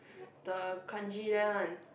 the Kranji there one